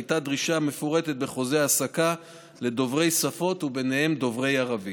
הייתה דרישה מפורטת בחוזה ההעסקה לדוברי שפות ובהם דוברי ערבית.